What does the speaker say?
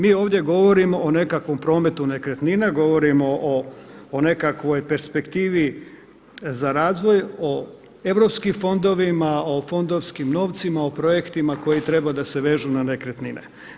Mi ovdje govorimo o nekakvom prometu nekretnina, govorimo o nekakvoj perspektivi za razvoj, o europskim fondovima, o fondovskim novcima, o projektima koji treba da se vežu na nekretnine.